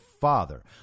father